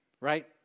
right